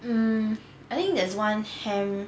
mm I think there's one ham